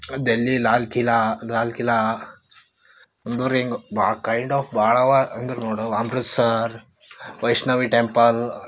ಡೆಲ್ಲಿ ಲಾಲ್ ಕಿಲಾ ಲಾಲ್ ಕಿಲಾ ಅಂದರ್ ಹಿಂಗ್ ಭಾಳ್ ಕೈಂಡ್ ಆಫ್ ಭಾಳ್ ಅವ ಅಂದ್ರೆ ನೋಡವ್ ಅಮೃತಸರ್ ವೈಷ್ಣವಿ ಟೆಂಪಲ್